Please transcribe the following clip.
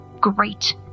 Great